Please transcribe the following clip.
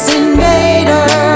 invader